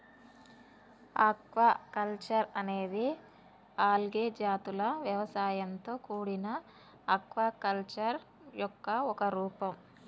aquaculture అనేది algae జాతుల వ్యవసాయంతో కూడిన ఆక్వాకల్చర్ యొక్క ఒక రూపం